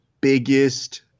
biggest